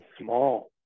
small